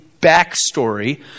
backstory